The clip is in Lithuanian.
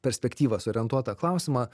perspektyvas orientuotą klausimą